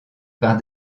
par